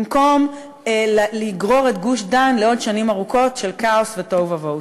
במקום לגרור את גוש-דן לעוד שנים ארוכות של כאוס ותוהו ובוהו.